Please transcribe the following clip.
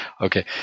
okay